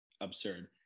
absurd